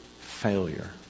failure